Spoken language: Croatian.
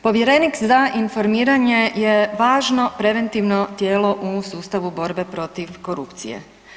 Povjerenik za informiranje je važno preventivno tijelo u sustavu borbe protiv korupcije.